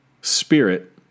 spirit